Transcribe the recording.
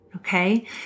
Okay